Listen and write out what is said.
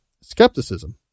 skepticism